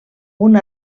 una